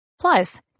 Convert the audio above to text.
Plus